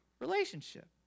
Relationship